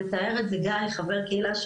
מתאר את זה גיא חבר הקהילה,